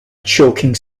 choking